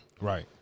Right